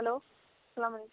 hello سلام علیکُم